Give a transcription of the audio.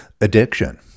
addiction